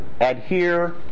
adhere